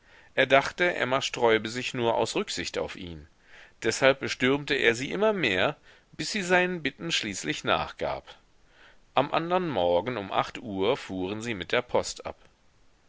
er dachte emma sträube sich nur aus rücksicht auf ihn deshalb bestürmte er sie immer mehr bis sie seinen bitten schließlich nachgab am andern morgen um acht uhr fuhren sie mit der post ab